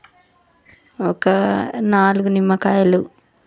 ఒక నాలుగు నిమ్మకాయలు